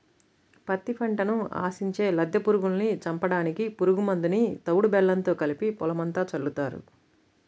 పత్తి పంటని ఆశించే లద్దె పురుగుల్ని చంపడానికి పురుగు మందుని తవుడు బెల్లంతో కలిపి పొలమంతా చల్లుతారు